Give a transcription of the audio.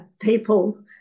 people